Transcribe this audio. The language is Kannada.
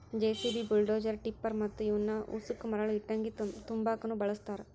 ಜೆಸಿಬಿ, ಬುಲ್ಡೋಜರ, ಟಿಪ್ಪರ ಮತ್ತ ಇವನ್ ಉಸಕ ಮರಳ ಇಟ್ಟಂಗಿ ತುಂಬಾಕುನು ಬಳಸ್ತಾರ